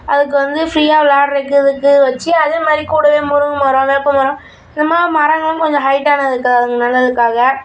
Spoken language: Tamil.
அதுக்கு வந்து ஃப்ரீயாக விளாடுறதுக்கு இதுக்கு வெச்சு அதே மாதிரி கூடவே முருங்கைமரம் வேப்பமரம் இந்தமாதிரி மரங்களும் கொஞ்சம் ஹைட்டானது இருக்குது அங்கே நிழலுக்காக